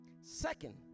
Second